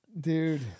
Dude